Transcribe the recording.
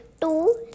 two